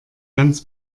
ganz